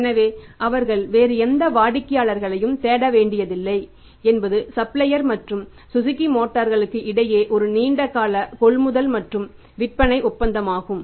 எனவே அவர்கள் வேறு எந்த வாடிக்கையாளர்களையும் தேட வேண்டியதில்லை என்பது சப்ளையர் மற்றும் சுஸுகி மோட்டார்கள் இடையே ஒரு நீண்ட கால கொள்முதல் மற்றும் விற்பனை ஒப்பந்தமாகும்